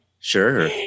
sure